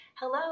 Hello